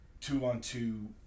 two-on-two